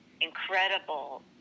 incredible